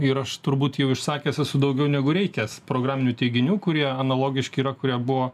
ir aš turbūt jau išsakęs esu daugiau negu reikia programinių teiginių kurie analogiški yra kurie buvo